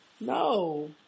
No